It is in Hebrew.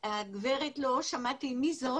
הגברת, לא שמעתי מי זאת,